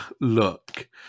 look